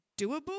doable